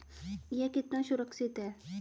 यह कितना सुरक्षित है?